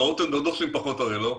אתם לא דורשים פחות הרי, לא?